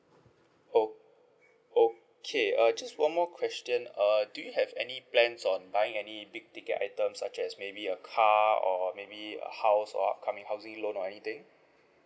oh okay uh just one more question uh do you have any plans on buying any big ticket items such as maybe a car or maybe a house or upcoming housing loan or anything